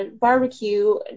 barbecue